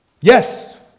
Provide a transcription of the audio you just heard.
Yes